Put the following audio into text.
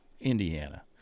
Indiana